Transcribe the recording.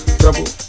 trouble